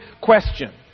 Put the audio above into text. question